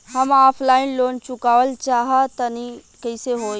हम offline loan चुकावल चाहऽ तनि कइसे होई?